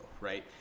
right